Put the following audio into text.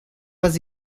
pas